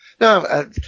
No